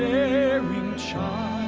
erring child